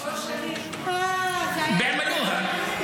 אורשלים --- (אומרת בערבית:) (אומר בערבית:) ביעמלוה.